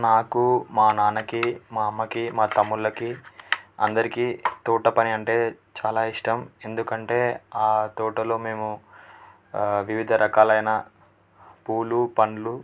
నాకు మా నాన్నకి మా అమ్మకి మా తమ్ముళ్ళకి అందరికి తోట పని అంటే చాలా ఇష్టం ఎందుకంటే ఆ తోటలో మేము వివిధ రకాలైన పూలు పళ్ళు